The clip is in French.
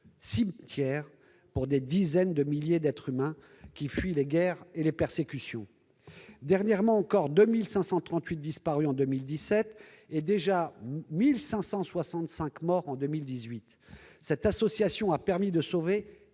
cimetière pour des dizaines de milliers d'êtres humains qui fuient les guerres et les persécutions. Dernièrement encore, 2 583 disparus en 2017, et déjà 1 565 morts en 2018. Cette association a permis de sauver